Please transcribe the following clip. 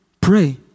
pray